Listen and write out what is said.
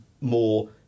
more